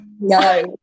no